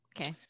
Okay